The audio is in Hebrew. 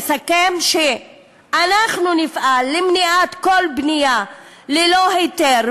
נסכם שאנחנו נפעל למניעת כל בנייה ללא היתר,